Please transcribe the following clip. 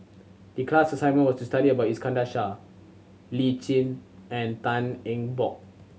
the class assignment was to study about Iskandar Shah Lee Tjin and Tan Eng Bock